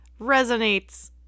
resonates